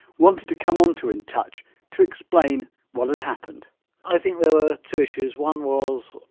wanted to come on to in touch to explain what had happened i think there were two issues. one was,